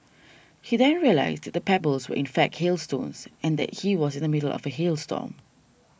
he then realised that the pebbles were in fact hailstones and he was in the middle of a hail storm